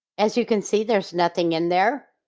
as you can see, there's nothing in there.